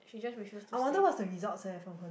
she just refuse to say